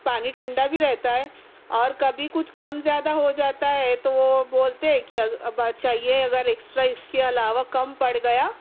پانی ٹھنڈا بھی رہتا ہے اور کبھی کچھ کم زیادہ ہو جاتا ہے تو وہ بولتے ہیں کہ اب اچھا یہ اگر ایکسٹرا ِاس کے علاوہ کم پڑ گیا